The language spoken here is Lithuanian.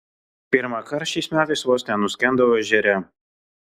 pirmąkart šiais metais vos nenuskendau ežere